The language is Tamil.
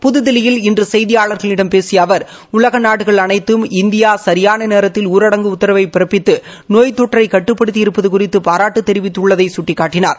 புதுதில்லியில் இன்று செய்தியாளர்களிடம் பேசிய அவர் உலக நாடுகள் அனைத்தும் இந்தியா சரியாள நேரத்தில் ஊரடங்கு உத்தரவை பிறப்பித்து நோய் தொற்றை கட்டுப்படுத்தியிருப்பது குறித்து பாராட்டு தெரிவித்துள்ளதை சுட்டிக்காட்டினார்